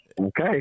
Okay